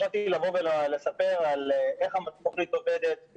בהתחלה חשבתי לבוא ולספר על איך התוכנית עובדת,